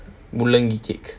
முள்ளாகி கேக்:mullaaki keek